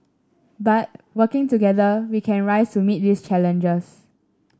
but working together we can rise to meet these challenges